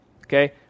okay